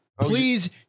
please